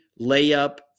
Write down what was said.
layup